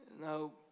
no